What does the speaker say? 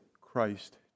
Christ